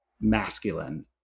masculine